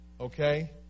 okay